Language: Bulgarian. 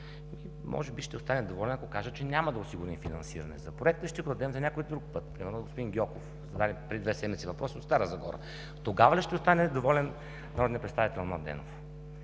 Може би ще остане доволен, ако кажа, че няма да осигурим финансиране за проекта и ще го дадем за някой друг път?! Примерно господин Гьоков зададе преди две седмици въпрос за Стара Загора. Тогава ли ще остане доволен народният представител Младенов?!